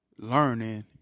learning